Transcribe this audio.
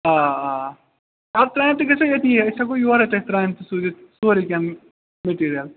آ آ بَتہٕ ترٛامہِ تہِ گژھیٛو ییٚتی أسۍ ہیٚکو یورٔے تۄہہِ ترٛامہِ تہِ سوٗزِتھ سورُے کیٚنٛہہ میٚٹیٖریل